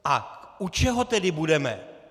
A u čeho tedy budeme?